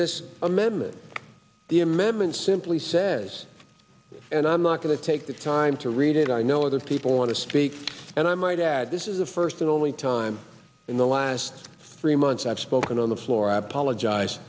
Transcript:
this amendment the amendment simply says and i'm not going to take the time to read it i know other people want to speak and i might add this is the first and only time in the last three months i've spoken on the floor i apologize